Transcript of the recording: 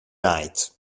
night